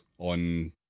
on